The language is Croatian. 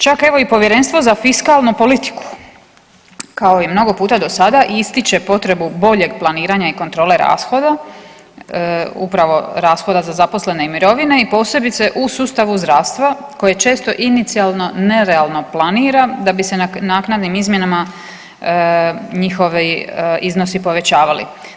Čak evo i Povjerenstvo za fiskalnu politiku kao i mnogo puta do sada ističe potrebu boljeg planiranja i kontrole rashoda, upravo rashoda za zaposlene i mirovine i posebice u sustavu zdravstava koje je često inicijalno nerealno planira da bi se naknadnim izmjenama njihovi iznosi povećavali.